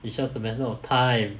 it's just a matter of time